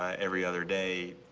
ah every other day.